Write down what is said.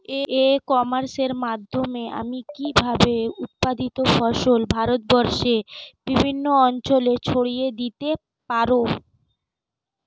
ই কমার্সের মাধ্যমে আমি কিভাবে উৎপাদিত ফসল ভারতবর্ষে বিভিন্ন অঞ্চলে ছড়িয়ে দিতে পারো?